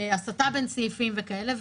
הסטה בין סעיפים וכאלה,